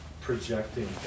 projecting